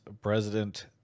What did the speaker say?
President